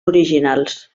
originals